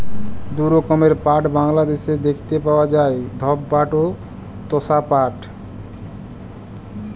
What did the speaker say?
দু রকমের পাট বাংলাদ্যাশে দ্যাইখতে পাউয়া যায়, ধব পাট অ তসা পাট